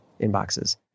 inboxes